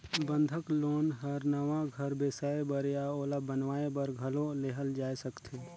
बंधक लोन हर नवा घर बेसाए बर या ओला बनावाये बर घलो लेहल जाय सकथे